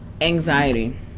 Anxiety